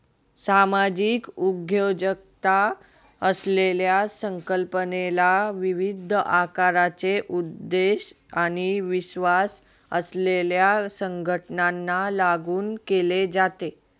सामाजिक उद्योजकता असलेल्या संकल्पनेला विविध आकाराचे उद्देश आणि विश्वास असलेल्या संघटनांना लागू केले जाते